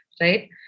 right